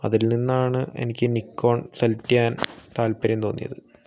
അതിൽ നിന്നാണ് എനിക്ക് നികോൺ സെലക്ട് ചെയ്യാൻ താല്പര്യം തോന്നിയത്